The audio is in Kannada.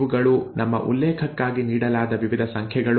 ಇವುಗಳು ನಮ್ಮ ಉಲ್ಲೇಖಕ್ಕಾಗಿ ನೀಡಲಾದ ವಿವಿಧ ಸಂಖ್ಯೆಗಳು